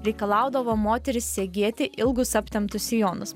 reikalaudavo moteris segėti ilgus aptemptus sijonus